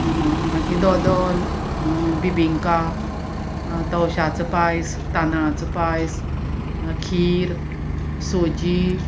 मागीर दोदोल बिबिंका तवशाचो पायस तांदळाचो पायस खीर सोजी